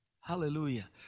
Hallelujah